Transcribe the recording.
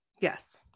Yes